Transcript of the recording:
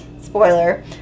spoiler